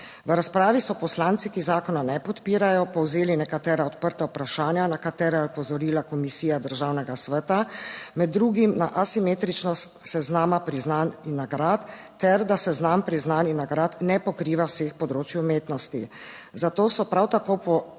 V razpravi so poslanci, ki zakona ne podpirajo, povzeli nekatera odprta vprašanja, na katera je opozorila Komisija Državnega sveta, med drugim na asimetričnost seznama priznanj in nagrad ter da seznam priznanj in nagrad ne pokriva vseh področij umetnosti. Zato so prav tako pozvali,